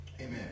Amen